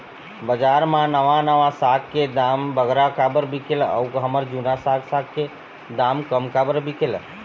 बजार मा नावा साग साग के दाम बगरा काबर बिकेल अऊ हमर जूना साग साग के दाम कम काबर बिकेल?